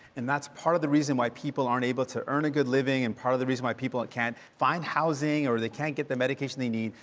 and that's part of the reason why people aren't able to earn a good living and part of the reason why people can't find housing or can't get the medication they need.